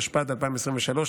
התשפ"ד 2023,